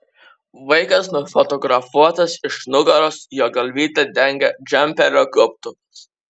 vaikas nufotografuotas iš nugaros jo galvytę dengia džemperio gobtuvas